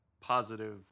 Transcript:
positive